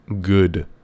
good